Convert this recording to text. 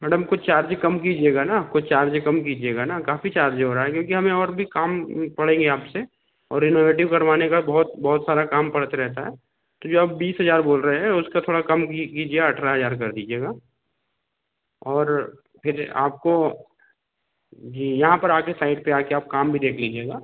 madam कुछ charge कम कीजिएगा न कोई चार्ज कम कीजिएगा न काफ़ी चार्ज हो रहा है क्योंकि हमें और भी काम पड़ेंगे आपसे और रेनोवेटिव करवाने का बहुत बहुत सारा काम पड़ते रहता है तो जो आप बीस हज़ार बोल रहे हैं उसका थोड़ा कम कीजिए अठारह हज़ार कर दीजिएगा और फिर आपको यहाँ पर आ कर साइट पर आ कर आप काम भी देख लीजिएगा